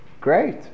great